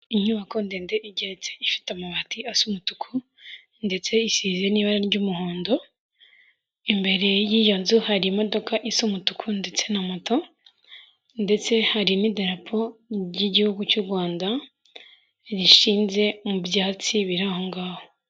Inyubako ndende igeretse, ifite amabati asa umutuku, ndetse isize n'ibara ry'umuhondo, imbere y'iyo nzu hari imodoka isa umutuku ndetse na moto, ndetse hari n'idarapo ry'igihugu cy'u Rwanda, rishinze mu byatsi biri aho ngaho.